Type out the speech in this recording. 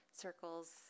circles